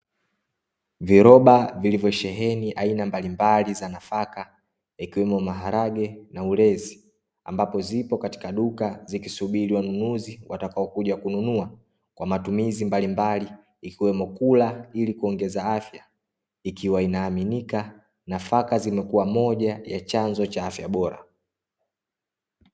Viroba vilivyosheheni aina mbalimbali za nafaka ikiwemo maharage na ulezi, ambapo zipo katika duka zikisubiri wanunuzi watakao kuja kununua kwa matumizi mbalimbali, ikiwemo kula ili kuongeza afya. Ikiwa inaaminika nafaka zimekuwa moja ya chanzo cha afya bora.